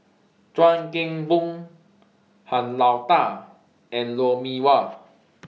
Chuan Keng Boon Han Lao DA and Lou Mee Wah